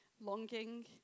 longing